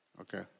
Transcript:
Okay